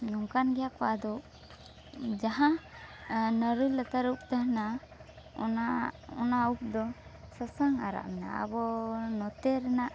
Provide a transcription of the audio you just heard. ᱱᱚᱝᱠᱟᱱ ᱜᱮᱭᱟ ᱠᱚ ᱟᱫᱚ ᱡᱟᱦᱟᱸ ᱱᱟᱨᱩ ᱞᱟᱛᱟᱨ ᱨᱮ ᱩᱵ ᱛᱟᱦᱮᱱᱟ ᱚᱱᱟ ᱚᱱᱟ ᱩᱵ ᱫᱚ ᱥᱟᱥᱟᱝ ᱟᱨᱟᱜ ᱢᱮᱱᱟᱜᱼᱟ ᱟᱵᱚ ᱱᱚᱛᱮ ᱨᱮᱱᱟᱜ